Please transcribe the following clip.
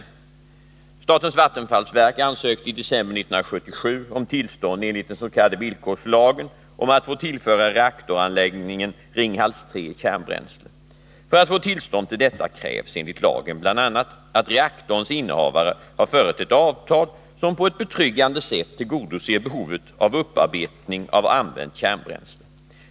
Om förvaring och Statens vattenfallsverk ansökte i december 1977 om tillstånd enligt den upparbetning av s.k. villkorslagen om att få tillföra reaktoranläggningen Ringkärnkraftsavfall, hals 3 kärnbränsle. För att få tillstånd till detta krävs enligt lagen bl.a. att m.m. reaktorns innehavare har företett avtal, som på ett betryggande sätt tillgodoser behovet av upparbetning av använt kärnbränsle.